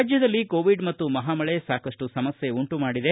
ರಾಜ್ಕದಲ್ಲಿ COVID ಮತ್ತು ಮಹಾ ಮಳೆ ಸಾಕಷ್ಟು ಸಮಸ್ಯೆ ಉಂಟು ಮಾಡಿದೆ